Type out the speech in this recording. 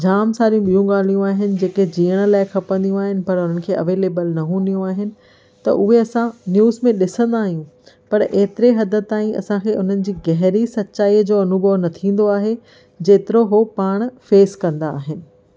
जाम सारी ॿियूं ॻालियूं आहिनि जेके जीअण लाइ खपंदियूं आहिनि पर उन्हनि खे अवेलेबल न हूंदियूं आहिनि त उहे असां न्यूज़ में ॾिसंदा आहियूं पर एतरे हद ताईं असांखे उन्हनि जी गहरी सच्चाईअ जो अनुभव न थींदो आहे जेतिरो उहे पाण फेस कंदा आहिनि